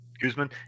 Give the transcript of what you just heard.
Guzman